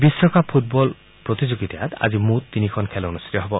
বিশ্বকাপ ফুটবল খেল প্ৰতিযোগিতাত আজি মুঠ তিনিখন খেল অনুষ্ঠিত হ'ব